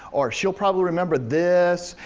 or she'll probably remember this.